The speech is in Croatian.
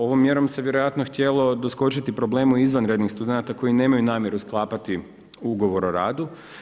Ovom mjerom se vjerojatno htjelo doskočiti problemu izvanrednih studenata koji nemaju namjeru sklapati ugovor o radu.